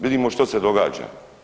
Vidimo što se događa.